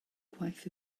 gwaith